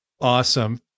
Awesome